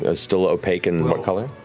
ah still opaque and what color?